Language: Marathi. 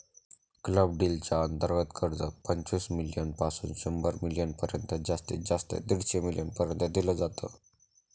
क्लब डील च्या अंतर्गत कर्ज, पंचवीस मिलीयन पासून शंभर मिलीयन पर्यंत जास्तीत जास्त दीडशे मिलीयन पर्यंत दिल जात